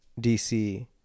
DC